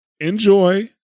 enjoy